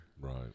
Right